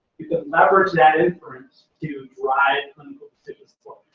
you can leverage that inference to drive clinical decision support.